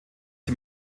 sie